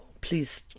please